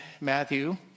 Matthew